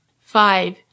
Five